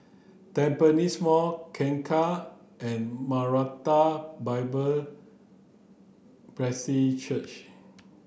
Tampines Mall Kangkar and Maranatha Bible Presby Church